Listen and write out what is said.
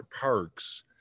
parks